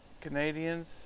Canadians